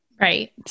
Right